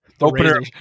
Opener